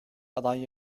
aday